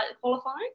qualifying